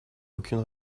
aucune